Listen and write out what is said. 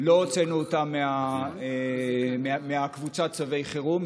לא הוצאנו אותם מקבוצת צווי החירום.